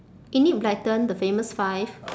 enid blyton the famous five